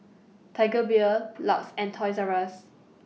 Tiger Beer LUX and Toys Rus